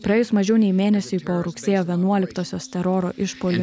praėjus mažiau nei mėnesiui po rugsėjo vienuoliktosios teroro išpuolio